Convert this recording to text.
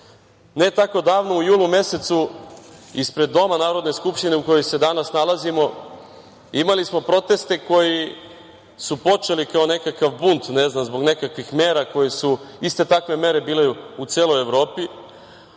Ne tako davno u julu mesecu ispred Doma Narodne skupštine u kojoj se danas nalazimo imali smo proteste, koji su počeli kao nekakav bunt, ne znam, zbog nekakvih mera koje su, iste takve mere, bile u celoj Evropi,